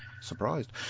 Surprised